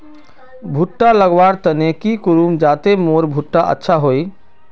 भुट्टा लगवार तने की करूम जाते मोर भुट्टा अच्छा हाई?